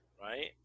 right